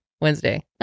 Wednesday